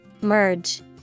Merge